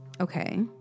Okay